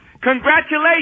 congratulations